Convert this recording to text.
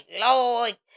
Lord